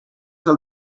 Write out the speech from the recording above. del